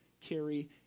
carry